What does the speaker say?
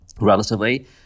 relatively